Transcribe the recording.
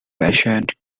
patient